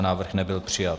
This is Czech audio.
Návrh nebyl přijat.